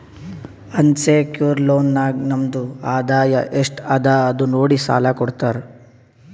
unsecured loan ನಾಗ್ ನಮ್ದು ಆದಾಯ ಎಸ್ಟ್ ಅದ ಅದು ನೋಡಿ ಸಾಲಾ ಕೊಡ್ತಾರ್